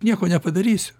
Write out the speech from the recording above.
nieko nepadarysiu